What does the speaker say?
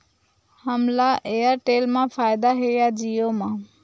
हमला एयरटेल मा फ़ायदा हे या जिओ मा?